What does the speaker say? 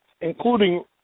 including